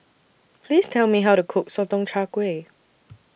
Please Tell Me How to Cook Sotong Char Kway